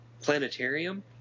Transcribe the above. Planetarium